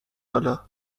حالا